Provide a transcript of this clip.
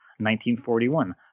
1941